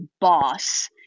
boss